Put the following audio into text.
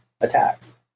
attacks